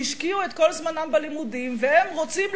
שהשקיעו את כל זמנם בלימודים והם רוצים